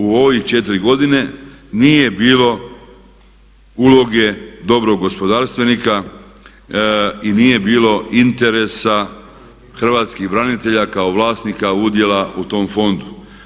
U ovih četiri godine nije bilo uloge dobrog gospodarstvenika i nije bilo interesa hrvatskih branitelja kao vlasnika udjela u tom fondu.